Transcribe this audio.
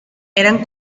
eran